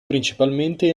principalmente